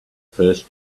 first